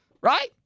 right